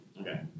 Okay